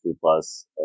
plus